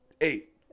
Eight